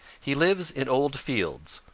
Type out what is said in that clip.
he lives in old fields,